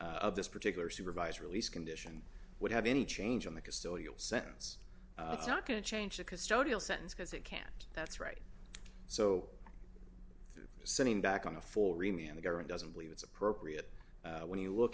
of this particular supervised release condition would have any change in the custodial sentence it's not going to change the custodial sentence because it can't that's right so sitting back on a full remey in the government doesn't believe it's appropriate when you look